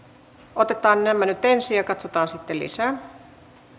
otetaan nämä nyt ensin ja katsotaan sitten lisää